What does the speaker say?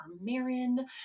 Marin